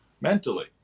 mentally